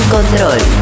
Control